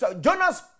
Jonas